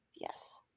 Yes